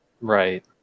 Right